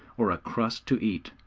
or a crust to eat,